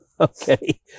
Okay